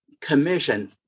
commission